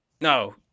No